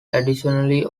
additionally